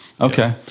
Okay